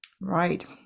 Right